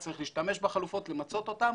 צריך להשתמש בחלופות ולמצות אותן